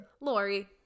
Lori